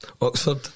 Oxford